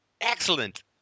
Excellent